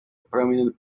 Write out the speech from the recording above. prominent